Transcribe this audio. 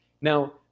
Now